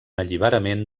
alliberament